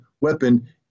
weapon